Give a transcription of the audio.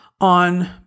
on